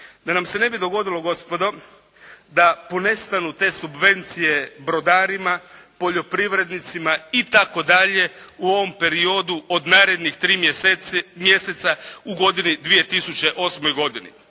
Da nam se ne bi dogodilo gospodo da ponestanu te subvencije brodarima, poljoprivrednicima itd. u ovom periodu od narednih 3 mjeseca u godini 2008. godini.